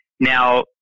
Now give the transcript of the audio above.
Now